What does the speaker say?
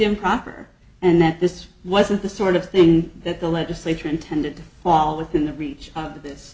improper and that this wasn't the sort of thing that the legislature intended to fall within the reach of this